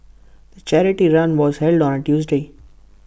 the charity run was held on Tuesday